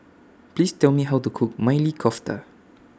Please Tell Me How to Cook Maili Kofta